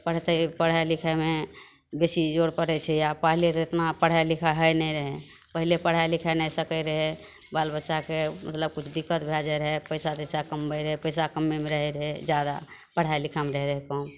पढ़तै पढ़ाइ लिखाइमे बेसी जोर पड़ै छै आब पहिले तऽ एतना पढ़ाइ लिखाइ होइ नहि रहै पहिले पढ़ै लिखै नहि सकै रहै बाल बच्चाके मतलब किछु दिक्कत भए जाइ रहै पइसा कमबै रहै पइसा मे रहे रहै ज्यादा पढ़ाइ लिखाइ मे रहे रहै कम